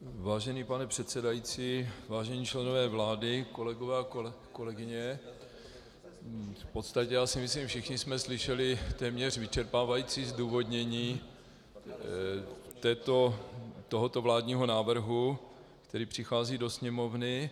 Vážený pane předsedající, vážení členové vlády, kolegové a kolegyně, v podstatě si myslím, že všichni jsme slyšeli téměř vyčerpávající zdůvodnění tohoto vládního návrhu, který přichází do Sněmovny.